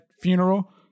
funeral